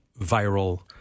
viral